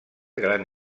gran